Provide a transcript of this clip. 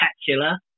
spectacular